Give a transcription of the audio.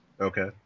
okay